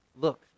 Look